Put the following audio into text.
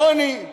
עוני,